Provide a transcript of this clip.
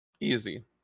easy